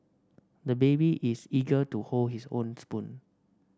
the baby is eager to hold his own spoon